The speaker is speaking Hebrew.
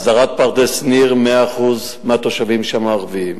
הסדרת פרדס-שניר, 100% התושבים שם ערבים,